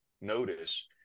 notice